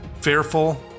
Fearful